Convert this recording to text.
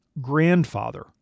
grandfather